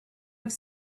have